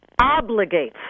obligates